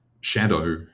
shadow